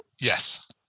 Yes